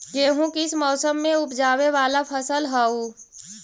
गेहूं किस मौसम में ऊपजावे वाला फसल हउ?